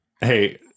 Hey